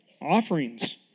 offerings